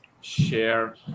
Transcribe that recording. share